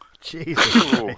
Jesus